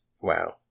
Wow